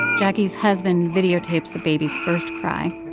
jacquie's husband videotapes the baby's first cry.